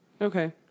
Okay